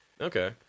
Okay